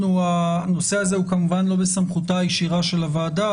הנושא הזה הוא כמובן לא בסמכותה הישירה של הוועדה,